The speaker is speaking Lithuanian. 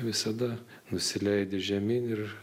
visada nusileidi žemyn ir